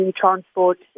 transport